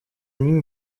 ними